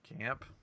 camp